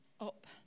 up